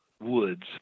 Woods